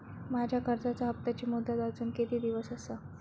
माझ्या कर्जाचा हप्ताची मुदत अजून किती दिवस असा?